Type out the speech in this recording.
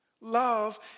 Love